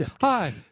Hi